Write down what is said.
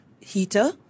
heater